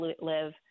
live